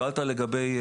שאלת על תקנים